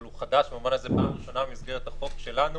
אבל היא חדשה במובן הזה שבפעם הראשונה במסגרת החוק שלנו